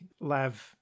Lav